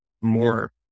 more